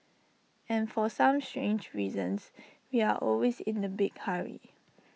and for some strange reasons we are always in A big hurry